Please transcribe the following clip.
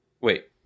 Wait